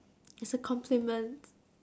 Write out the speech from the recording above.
it's a compliment